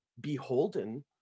beholden